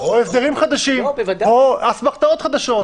הסדרים חדשים או אסמכתאות חדשות.